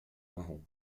marrom